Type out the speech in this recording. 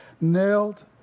nailed